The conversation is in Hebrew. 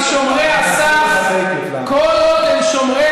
אתם מגינים על שומרי הסף כל עוד הם שומרי